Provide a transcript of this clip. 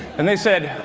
and they said,